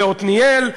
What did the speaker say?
בעתניאל,